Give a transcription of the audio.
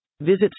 Visit